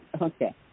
Okay